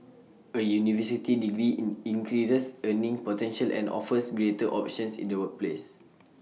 A university degree increases earning potential and offers greater options in the workplace